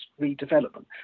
redevelopment